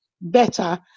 better